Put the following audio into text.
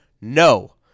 no